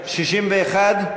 61?